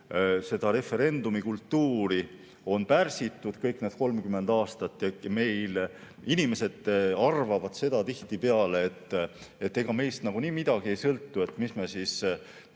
seda referendumikultuuri pärsitud kõik need 30 aastat ja meil inimesed arvavad tihtipeale, et ega meist nagunii midagi ei sõltu. Me oleme ju